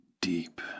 deep